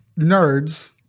nerds